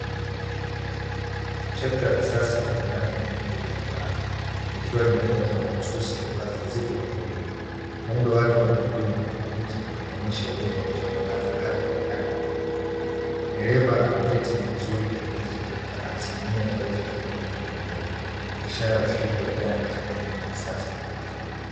Tekta ya kisasa lenye rangi nyeupe iliyong'aa, ikiwa imetengenezwa mahususi kwa kazi nzito za kilimo. Muundo wake wa kudumu na injini inaonyesha uwezo wa kuchapa kazi hata kwenye ardhi ngumu. Dereva ameketi vizuri kwenye kiti cha tekta akisimamia zoezi la kulima kwa uangalifu. Ishara ya ushirika wa vijana katika kilimo cha kisasa.